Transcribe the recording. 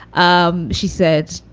um she said,